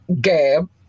gab